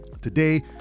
Today